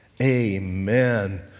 Amen